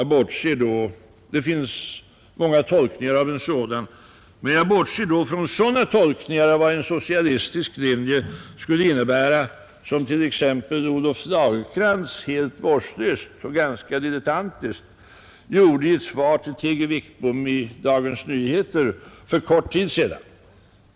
Det finns många tolkningar av en sådan, men jag bortser från sådana tolkningar av vad en socialistisk linje skulle innebära, som t.ex. Olof Lagercrantz gjorde i ett svar till T. G. Wickbom i Dagens Nyheter för kort tid sedan.